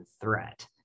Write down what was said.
threat